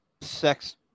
sex